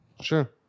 Sure